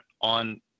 on